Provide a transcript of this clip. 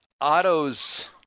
Otto's